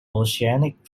oceanic